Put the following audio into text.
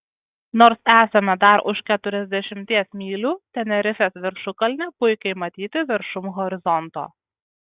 nors esame dar už keturiasdešimties mylių tenerifės viršukalnė puikiai matyti viršum horizonto